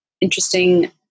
interesting